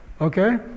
Okay